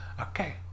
Okay